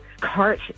cart